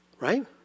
right